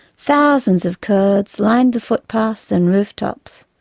thousands of kurds lined the footpaths and rooftops.